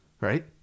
right